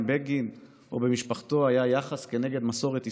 בגין או למשפחתו היה יחס נגד מסורת ישראל,